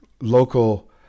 local